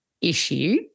issue